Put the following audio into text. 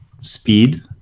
speed